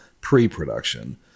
pre-production